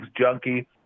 junkie